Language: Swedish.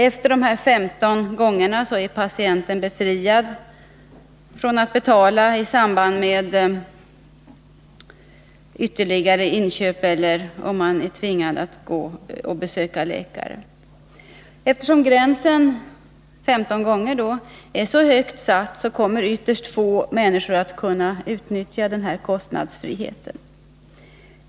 Efter de 15 gångerna är man befriad från att betala för ytterligare läkemedelsinköp eller läkarbesök. Eftersom gränsen 15 gånger är satt så högt kommer ytterst få människor att kunna utnyttja den här kostnadsfriheten.